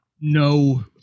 no